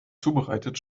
zubereitet